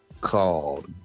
called